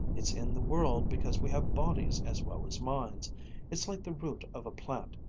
it's in the world because we have bodies as well as minds it's like the root of a plant.